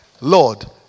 Lord